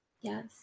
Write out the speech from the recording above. Yes